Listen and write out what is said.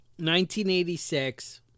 1986